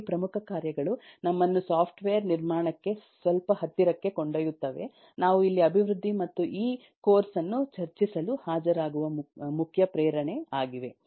ಈ ಪ್ರಮುಖ ಕಾರ್ಯಗಳು ನಮ್ಮನ್ನು ಸಾಫ್ಟ್ವೇರ್ ನಿರ್ಮಾಣಕ್ಕೆ ಸ್ವಲ್ಪ ಹತ್ತಿರಕ್ಕೆ ಕೊಂಡೊಯ್ಯುತ್ತವೆ ನಾವು ಇಲ್ಲಿ ಅಭಿವೃದ್ಧಿ ಮತ್ತು ಈ ಕೋರ್ಸ್ ಅನ್ನು ಚರ್ಚಿಸಲು ಹಾಜರಾಗುವ ಮುಖ್ಯ ಪ್ರೇರಣೆ ಆಗಿವೆ